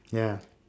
ya